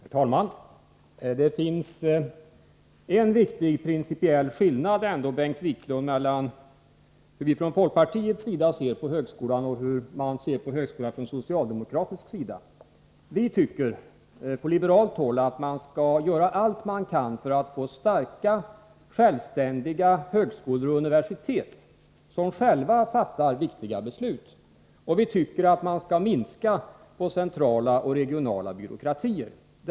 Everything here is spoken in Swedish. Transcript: Herr talman! Det finns ändå en viktig principiell skillnad, Bengt Wiklund, mellan hur vi från folkpartiets sida ser på högskolan och hur man från socialdemokratisk sida ser på högskolan. Vi tycker på liberalt håll att man skall göra allt man kan för att få starka, självständiga högskolor och universitet, som själva fattar riktiga beslut, och vi tycker att man skall minska på centrala och regionala byråkratier.